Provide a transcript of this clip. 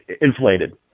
inflated